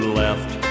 left